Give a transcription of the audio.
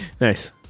Nice